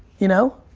you know?